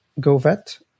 GoVet